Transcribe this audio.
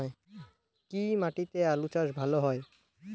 কি মাটিতে আলু চাষ ভালো হয়?